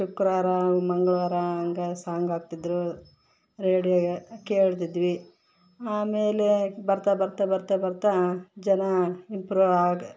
ಶುಕ್ರವಾರ ಮಂಗಳವಾರ ಹಂಗ ಸಾಂಗ್ ಹಾಕ್ತಿದ್ರು ರೇಡಿಯೋಗೆ ಕೇಳ್ತಿದ್ವಿ ಆಮೇಲೆ ಬರ್ತಾ ಬರ್ತಾ ಬರ್ತಾ ಬರ್ತಾ ಜನ ಇಂಪ್ರೂವ್ ಆಗಿ